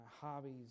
hobbies